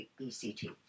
ect